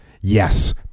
Yes